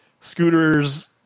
Scooter's